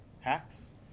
hacks